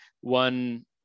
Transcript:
one